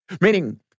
meaning